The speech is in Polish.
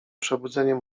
przebudzeniem